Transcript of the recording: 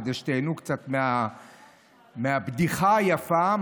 כדי שתיהנו קצת מהבדיחה היפה,